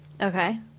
Okay